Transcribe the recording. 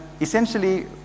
essentially